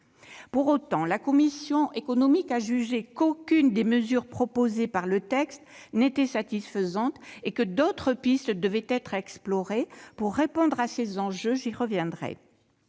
Pour autant, la commission a jugé qu'aucune des mesures proposées par le texte n'était satisfaisante et que d'autres pistes devaient être explorées pour répondre à ces enjeux, j'y reviendrai.